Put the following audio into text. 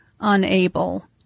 unable